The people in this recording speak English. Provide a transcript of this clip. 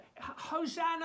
Hosanna